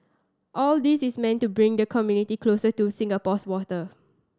all this is meant to bring the community closer to Singapore's water